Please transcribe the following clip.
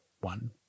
one